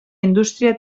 indústria